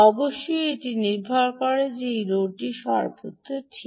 অবশ্যই এটি নির্ভর করে যে এই লোডটি সর্বদা ঠিক